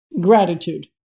Gratitude